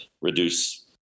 reduce